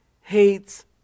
hates